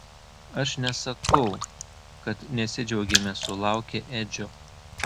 aš nesakau kad nesidžiaugėme sulaukę edžio